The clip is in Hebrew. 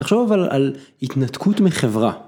תחשוב על, על התנתקות מחברה.